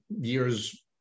years